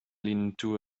into